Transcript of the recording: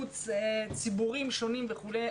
בציבורים שונים וכולי.